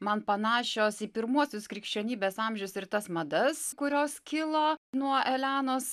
man panašios į pirmuosius krikščionybės amžius ir tas madas kurios kilo nuo elenos